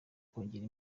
kongera